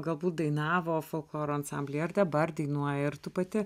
galbūt dainavo folkloro ansamblyje ar dabar dainuoja ir tu pati